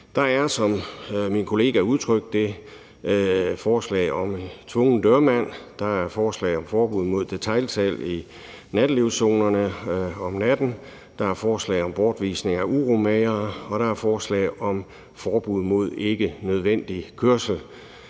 Der er, som min kollega udtrykte det, forslag om tvungen dørmand; der er forslag om forbud mod detailsalg i nattelivszonerne om natten; der er forslag om bortvisning af uromagere; og der er forslag om forbud mod ikke nødvendig kørsel.